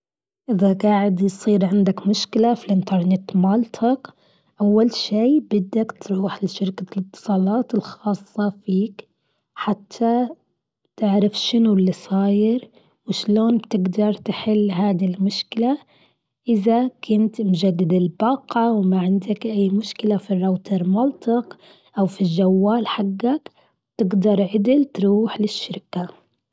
إذا قاعد يصير عندك مشكلة في الأنترنت مالتك. أول شي بدك تروح لشركة الأتصالات الخاصة فيك. حتى تعرف شنو اللي صاير وشلون تقدر تحل هذي المشكلة? إذا كنت مجدد الباقة وما عندك أي مشكلة في الروتر مالتك أو في الجوال حقك تقدر عدل تروح للشركة.